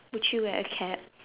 would you wear a cap